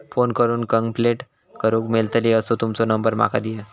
Phone करून complaint करूक मेलतली असो तुमचो नंबर माका दिया?